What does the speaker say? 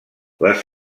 les